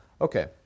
Okay